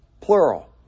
Plural